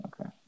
Okay